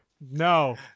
No